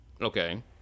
Okay